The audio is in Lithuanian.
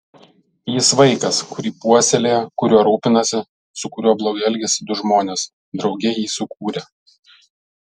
jis vaikas kurį puoselėja kuriuo rūpinasi su kuriuo blogai elgiasi du žmonės drauge jį sukūrę